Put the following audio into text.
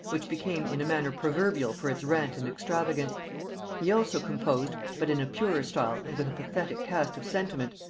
which became in a manner proverbial for its rant and extravagance he also composed, but in a purer style and with a pathetic cast of sentiment,